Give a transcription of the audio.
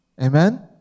Amen